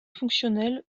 fonctionnel